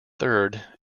third